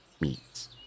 meats